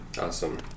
Awesome